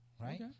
right